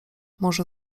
może